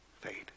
fade